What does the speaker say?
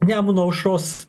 nemuno aušros